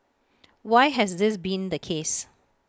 why has this been the case